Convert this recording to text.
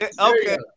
Okay